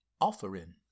offering